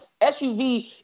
SUV